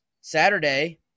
Saturday